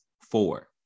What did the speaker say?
Four